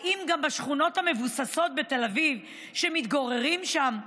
האם גם בשכונות המבוססות בתל אביב, שמתגוררים בהן